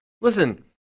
listen